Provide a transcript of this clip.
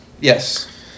Yes